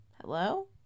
Hello